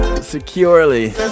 Securely